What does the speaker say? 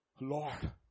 Lord